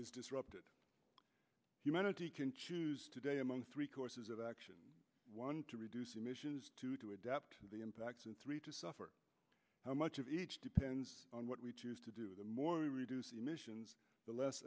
is disrupted humanity can choose today among three courses of action one to reduce emissions to adapt to the impacts and three to suffer how much of each depends on what we choose to do the more we reduce emissions the less